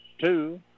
two